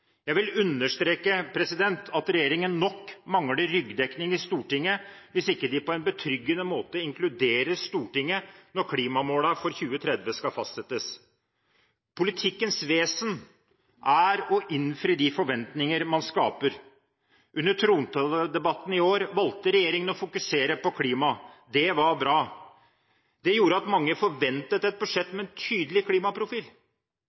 Jeg vil understreke at regjeringen nok mangler ryggdekning i Stortinget hvis de ikke på en betryggende måte inkluderer Stortinget når klimamålene for 2030 skal fastsettes. Politikkens vesen er å innfri de forventninger man skaper. Under trontaledebatten i år valgte regjeringen å fokusere på klima. Det var bra. Det gjorde at mange forventet et budsjett med en tydelig klimaprofil.